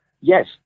yes